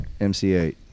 MC8